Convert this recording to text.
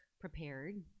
prepared